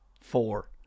four